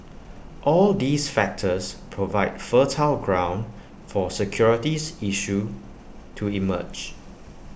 all these factors provide fertile ground for security issues to emerge